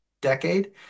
decade